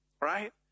right